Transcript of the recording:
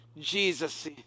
Jesus